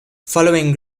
following